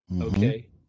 okay